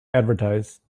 advertise